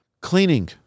cleaning